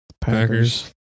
Packers